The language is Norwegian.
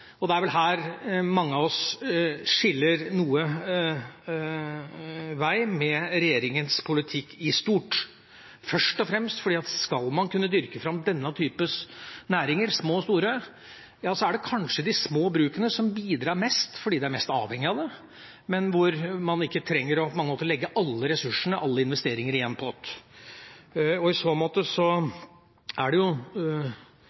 og det er vel her mange av oss skiller noe lag ved regjeringas politikk i stort – først og fremst fordi at skal man kunne dyrke fram denne typen næringer, små og store, ja, så er det kanskje de små brukene som bidrar mest, fordi de er mest avhengige av det, men de trenger ikke å legge alle ressursene, alle investeringene, i én pott. I så måte